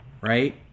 right